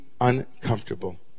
uncomfortable